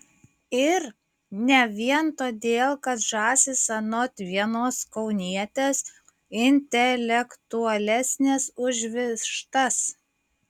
ir ne vien todėl kad žąsys anot vienos kaunietės intelektualesnės už vištas